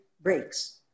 breaks